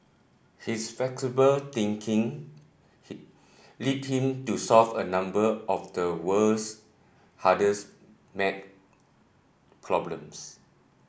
his flexible thinking he led him to solve a number of the world's hardest maths problems